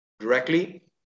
Directly